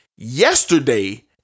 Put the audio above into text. Yesterday